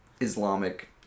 Islamic